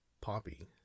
Poppy